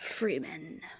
Freeman